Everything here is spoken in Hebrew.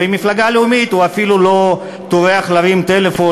ולמפלגה לאומית הוא אפילו לא טורח להרים טלפון